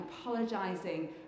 apologising